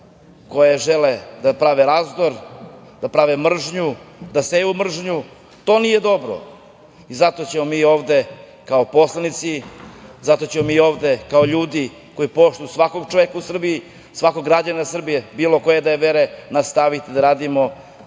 koje žele da prave razdor, da prave mržnju, da seju mržnju. To nije dobro i zato ćemo mi ovde kao poslanici, zato ćemo mi ovde kao ljudi koji poštuju svakog čoveka u Srbiji, svakog građanina Srbije, bilo koje da je vere, nastaviti da radimo,